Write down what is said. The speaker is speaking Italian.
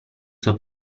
suo